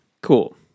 Cool